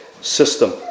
system